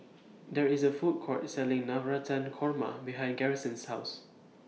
There IS A Food Court Selling Navratan Korma behind Garrison's House